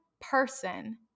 person